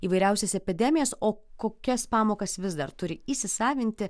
įvairiausias epidemijas o kokias pamokas vis dar turi įsisavinti